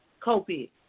COVID